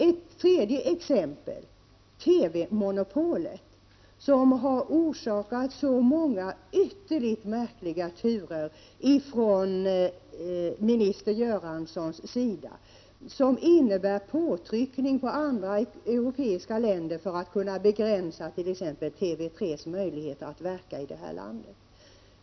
Ett annat exempel är TV-monopolet, som har orsakat så många ytterligt märkliga turer från minister Göranssons sida som innebär påtryckningar på andra europeiska länder för att kunna begränsa t.ex. TV 3:s möjligheter att verka i vårt land.